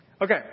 Okay